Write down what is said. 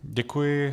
Děkuji.